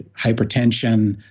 hypertension,